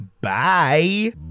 bye